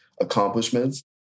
accomplishments